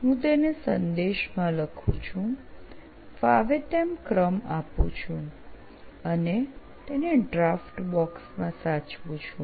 હું તેને સંદેશમાં લખું છું ફાવે તેમ ક્રમ આપું છું અને તેને ડ્રાફ્ટ બોક્સ માં સાચવું છું